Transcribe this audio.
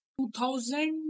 2000